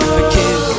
Forgive